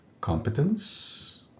competence